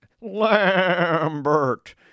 Lambert